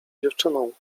dziewczyną